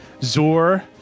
Zor